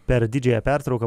per didžiąją pertrauką